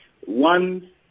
One